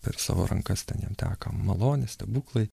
per savo rankas ten jam teka malonės stebuklai